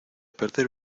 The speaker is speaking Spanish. perder